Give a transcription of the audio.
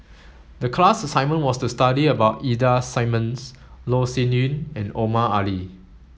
the class assignment was to study about Ida Simmons Loh Sin Yun and Omar Ali